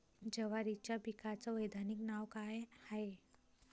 जवारीच्या पिकाचं वैधानिक नाव का हाये?